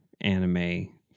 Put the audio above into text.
anime